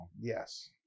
Yes